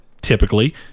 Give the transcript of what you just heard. typically